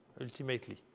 ultimately